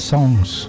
Songs